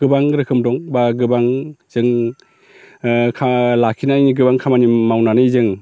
गोबां रोखोम दं एबा गोबां जों लाखिनायनि गोबां खामानि मावनानै जों